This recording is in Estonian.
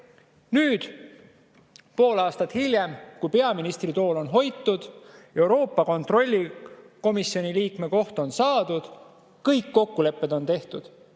edasi. Nüüd, pool aastat hiljem, kui peaministritool on hoitud, Euroopa Kontrollikoja liikme koht on saadud, on kõik kokkulepped tehtud.